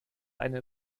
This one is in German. eine